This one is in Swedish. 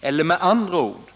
Eller med andra ord: